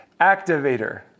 Activator